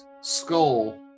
skull